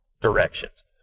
directions